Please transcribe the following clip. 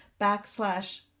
backslash